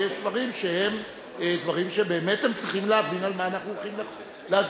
ויש דברים שבאמת צריכים להבין על מה אנחנו הולכים להצביע.